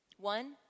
One